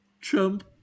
Trump